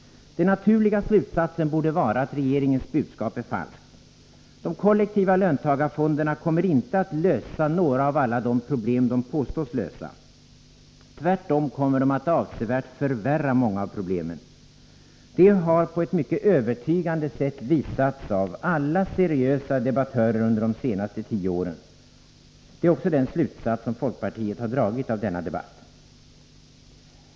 Den naturliga slutsatsen borde vara att regeringens budskap är falskt. De kollektiva löntagarfonderna kommer inte att lösa några av alla de problem de påstås lösa. Tvärtom kommer de att avsevärt förvärra många av problemen. Detta har på ett mycket övertygande sätt visats av alla seriösa debattörer under de senaste tio åren. Det är också den slutsats som folkpartiet har dragit av denna debatt.